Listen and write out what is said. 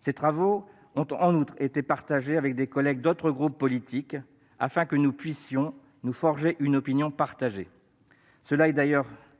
Ces travaux ont, en outre, été partagés avec des collègues d'autres groupes politiques, afin que nous puissions nous forger une opinion partagée. Cela